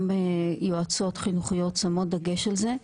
גם יועצות חינוכיות שמות דגש על זה,